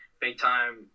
big-time